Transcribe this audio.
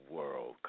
world